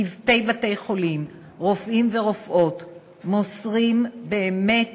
צוותי בתי-חולים, רופאים ורופאות, מוסרים באמת